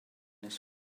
his